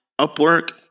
Upwork